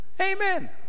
amen